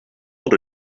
old